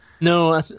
No